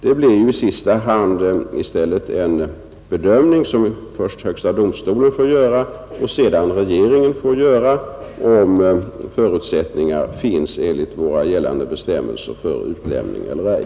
Det blir ju i stället i sista hand en bedömning som först högsta domstolen och sedan regeringen får göra, om enligt gällande bestämmelser förutsättningar finns för utlämning eller ej.